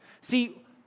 See